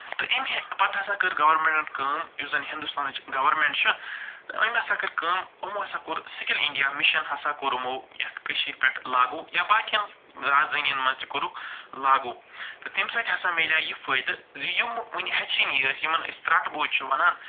تہٕ أمۍ ہے پتہٕ ہسا کٔر گورمٮ۪نٛٹَن کٲم یُس زَنہٕ ہِنٛدوستانٕچ گورمٮ۪نٛٹ چھِ تہٕ أمۍ ہسا کٔر کٲم یِمو ہسا کوٚر سِکِل اِنٛڈِیا مِشَن ہسا کوٚر یِمو یَتھ کٔشیٖرِ پٮ۪ٹھ لاگوٗ یا باقِیَن رازدٲنِیَن منٛز تہِ کوٚرُکھ لاگوٗ تہٕ تَمہِ سۭتۍ ہسا مِلیو یہِ فٲیِدٕ زِ یِمہٕ وٕنۍ ہیٚچھٲنی ٲسۍ یِمَن أسۍ ژرٛاٹہٕ بوجھ چھِ وَنان